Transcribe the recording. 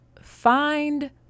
find